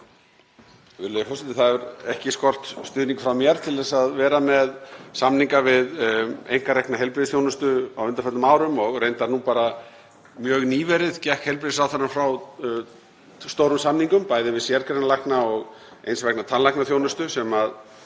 Það hefur ekki skort stuðning frá mér til þess að vera með samninga við einkarekna heilbrigðisþjónustu á undanförnum árum og reyndar bara mjög nýverið gekk heilbrigðisráðherra frá stórum samningum, bæði við sérgreinalækna og eins vegna tannlæknaþjónustu, sem